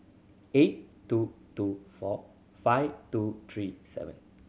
eight two two four five two three seven